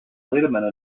letterman